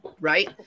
Right